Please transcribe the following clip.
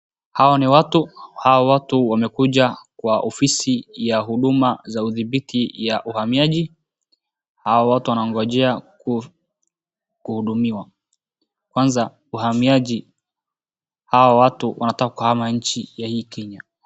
Hawa ni watu, hawa watu wamekuja kwa ofisi ya huduma za udhibiti ya uhamiaji. Hawa watu wanaongojea kuhudumiwa. kwanza uhamiaji hawa, watu wanataka kuhama nchi ya hii Kenya.